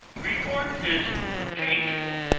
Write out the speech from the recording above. report is changeable.